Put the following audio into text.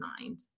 mind